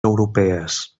europees